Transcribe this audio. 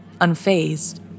Unfazed